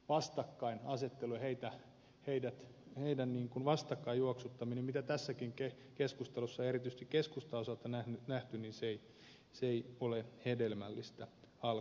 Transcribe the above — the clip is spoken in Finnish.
tämmöinen köyhien vastakkainasettelu ja heidän vastakkain juoksuttamisensa mitä tässäkin keskustelussa erityisesti keskustan osalta on nähty ei ole hedelmällistä alkuunkaan